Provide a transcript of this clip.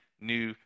new